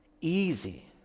easy